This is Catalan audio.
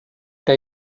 que